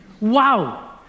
Wow